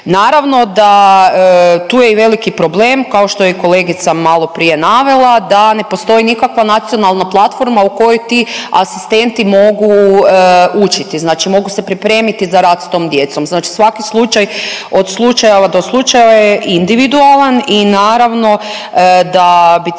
Naravno da tu je i veliki problem kao što je i kolegica malo prije navela da ne postoji nikakva nacionalna platforma u kojoj ti asistenti mogu učiti, znači mogu se pripremiti za rad s tom djecom. Znači svaki slučaj od slučajeva do slučajeva je individualan i naravno da bi trebalo